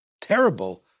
terrible